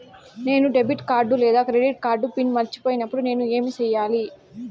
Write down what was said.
నేను debit card లేదా credit card PIN మర్చిపోయినప్పుడు నేను ఏమి సెయ్యాలి?